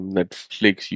Netflix